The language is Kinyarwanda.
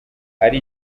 hari